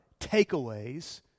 takeaways